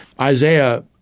Isaiah